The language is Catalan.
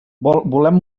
volem